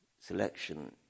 selection